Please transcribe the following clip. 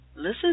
Listen